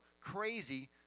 crazy